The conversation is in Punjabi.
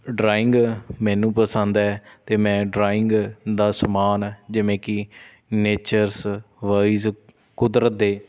ਡਰਾਇੰਗ ਮੈਨੂੰ ਪਸੰਦ ਹੈ ਅਤੇ ਮੈਂ ਡਰਾਇੰਗ ਦਾ ਸਮਾਨ ਜਿਵੇਂ ਕਿ ਨੇਚਰਸ ਵਾਈਸ ਕੁਦਰਤ ਦੇ